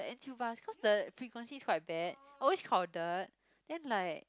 the N_T_U bus cause the frequency is quite bad always crowded then like